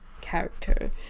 character